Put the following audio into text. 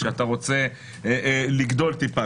כשאתה רוצה לגדול טיפה,